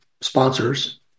sponsors